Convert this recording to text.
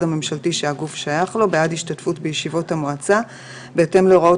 הממשלתי שהגוף שייך לו בעד השתתפות בישיבות המועצה בהתאם להוראות